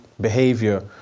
behavior